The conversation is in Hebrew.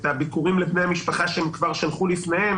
את הביקורים אצל בני המשפחה שהם כבר שלחו לפניכם